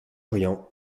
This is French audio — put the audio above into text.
orient